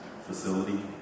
facility